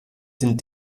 den